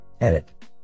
Edit